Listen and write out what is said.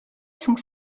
sont